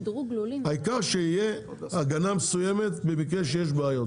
העיקר שתהיה הגנה מסוימת במקרה שיש בעיות,